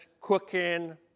cooking